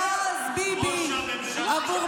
ואז, ביבי, ראש הממשלה.